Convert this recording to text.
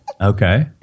okay